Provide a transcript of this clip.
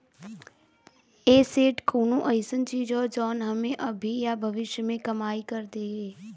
asset कउनो अइसन चीज हौ जौन हमें अभी या भविष्य में कमाई कर के दे